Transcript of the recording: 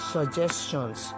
Suggestions